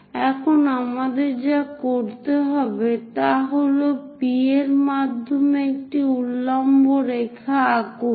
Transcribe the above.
এখন আমাদের যা করতে হবে তা হল এই P এর মাধ্যমে একটি উল্লম্ব রেখা আঁকুন